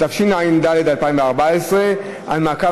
התשע"ד 2013, לדיון